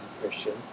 Christian